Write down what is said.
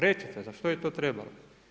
Recite za što je to trebalo?